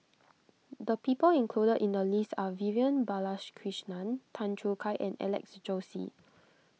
the people included in the list are Vivian Balakrishnan Tan Choo Kai and Alex Josey